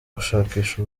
gushakisha